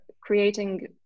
creating